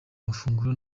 amafunguro